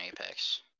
Apex